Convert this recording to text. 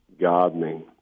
gardening